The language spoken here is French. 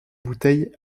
bouteilles